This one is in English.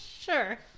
Sure